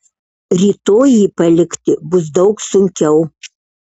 rytoj jį palikti bus daug sunkiau